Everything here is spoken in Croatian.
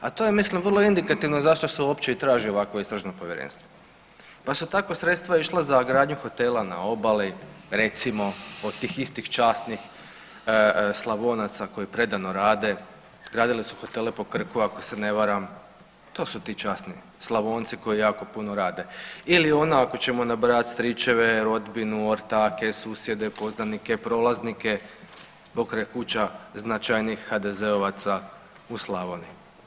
A to je mislim vrlo indikativno zašto se uopće i traži ovakvo istražno povjerenstvo, pa su tako sredstva išla za gradnju hotela na obali, recimo od tih istih časnih Slavonaca koji predano rade, radili su hotele po Krku ako se ne varam, to su ti časni Slavonci koji jako puno rade ili ako ono ako ćemo nabrojati stričeve, rodbinu, ortake, susjede, poznanike, prolaznike pokraj kuća značajnijih HDZ-ovaca u Slavoniji.